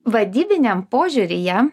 vadybiniam požiūryje